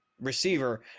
receiver